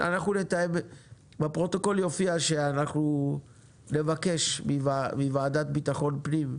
בפרוטוקול יופיע שאנחנו נבקש מוועדת ביטחון הפנים,